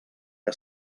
que